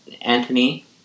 Anthony